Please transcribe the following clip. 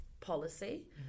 policy